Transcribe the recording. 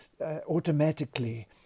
automatically